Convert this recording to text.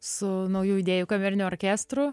su naujų idėjų kameriniu orkestru